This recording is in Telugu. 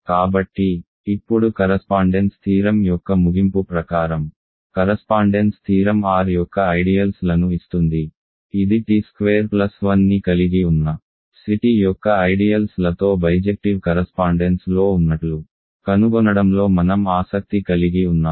కాబట్టి ఇప్పుడు కరస్పాండెన్స్ థీరం యొక్క ముగింపు ప్రకారం కరస్పాండెన్స్ థీరం R యొక్క ఐడియల్స్ లను ఇస్తుంది ఇది t స్క్వేర్ ప్లస్ 1ని కలిగి ఉన్న C t యొక్క ఐడియల్స్ లతో బైజెక్టివ్ కరస్పాండెన్స్ లో ఉన్నట్లు కనుగొనడంలో మనం ఆసక్తి కలిగి ఉన్నాము